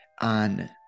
on